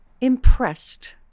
impressed